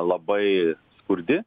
labai skurdi